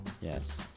Yes